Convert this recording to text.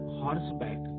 horseback